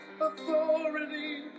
authority